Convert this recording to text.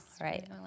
Right